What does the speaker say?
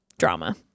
drama